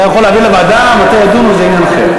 אתה יכול להעביר לוועדה, ומתי ידונו זה עניין אחר.